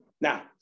Now